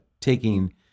taking